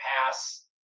pass